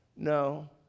no